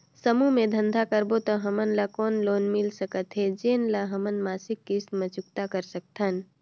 समूह मे धंधा करबो त हमन ल कौन लोन मिल सकत हे, जेन ल हमन मासिक किस्त मे चुकता कर सकथन?